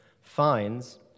finds